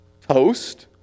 toast